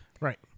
Right